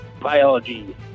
biology